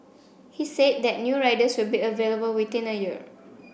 he said that new riders will be available within a year